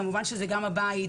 כמובן שאין ספק שזה הבית,